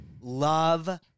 love